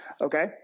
Okay